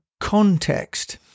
context